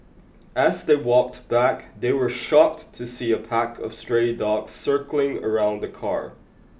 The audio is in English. as they walked back they were shocked to see a pack of stray dogs circling around the car